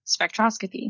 spectroscopy